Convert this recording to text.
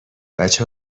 بچه